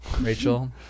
Rachel